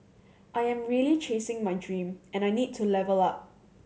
I am really chasing my dream and I need to level up